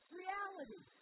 reality